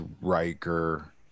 Riker